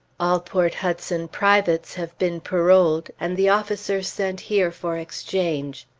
all port hudson privates have been paroled, and the officers sent here for exchange.